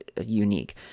unique